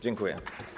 Dziękuję.